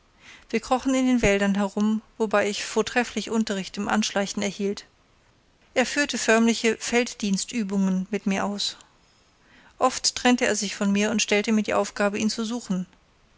wir krochen in den wäldern herum wobei ich vortrefflich unterricht im anschleichen erhielt er führte förmliche felddienstübungen mit mir aus oft trennte er sich von mir und stellte mir die aufgabe ihn zu suchen